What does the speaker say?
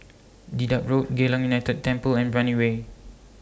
Dedap Road Geylang United Temple and Brani Way